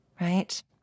right